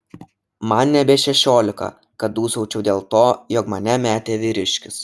man nebe šešiolika kad dūsaučiau dėl to jog mane metė vyriškis